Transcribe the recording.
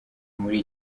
muri